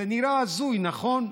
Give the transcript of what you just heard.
זה נראה הזוי, נכון?